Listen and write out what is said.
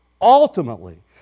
Ultimately